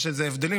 יש הבדלים,